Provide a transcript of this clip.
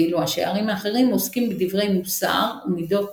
ואילו השערים האחרים עוסקים בדברי מוסר ומידות